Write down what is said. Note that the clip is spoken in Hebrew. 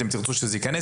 אתם תרצו שזה ייכנס,